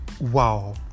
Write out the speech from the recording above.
Wow